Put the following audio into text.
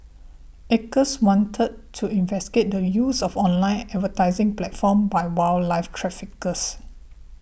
Acres wanted to investigate the use of online advertising platforms by wildlife traffickers